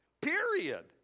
Period